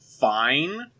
fine